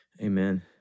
amen